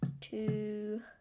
two